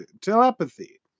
telepathy